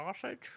sausage